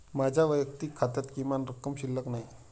माझ्या वैयक्तिक खात्यात किमान रक्कम शिल्लक नाही